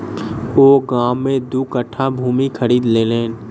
ओ गाम में दू कट्ठा भूमि खरीद लेलैन